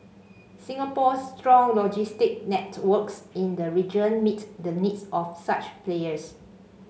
Singapore's strong logistics networks in the region meet the needs of such players